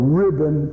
ribbon